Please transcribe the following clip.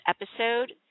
episode